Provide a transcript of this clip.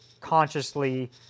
consciously